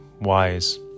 wise